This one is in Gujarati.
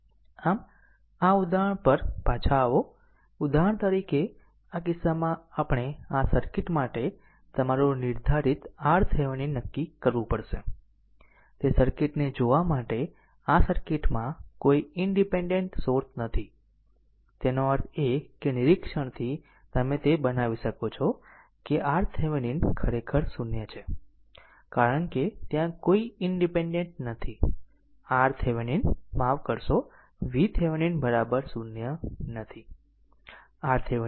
આમ આ ઉદાહરણ પર પાછા આવો ઉદાહરણ તરીકે આ કિસ્સામાં આપણે આ સર્કિટ માટે તમારું નિર્ધારિત RThevenin નક્કી કરવું પડશે તે સર્કિટને જોવા માટે આ સર્કિટમાં કોઈ ઈનડીપેન્ડેન્ટ સ્રોત નથી તેનો અર્થ એ કે નિરીક્ષણથી તમે તે બનાવી શકો છો કે RThevenin ખરેખર 0 છે કારણ કે ત્યાં કોઈ ઈનડીપેન્ડેન્ટ નથી RThevenin માફ VThevenin 0 નથી RThevenin VThevenin 0